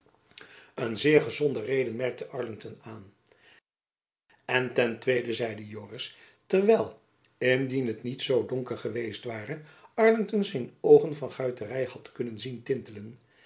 een zeer gezonde reden merkte arlington aan en ten tweiden zeide joris terwijl indien het jacob van lennep elizabeth musch niet zoo donker geweest ware arlington zijn oogen van guitery had kunnen zien tintelen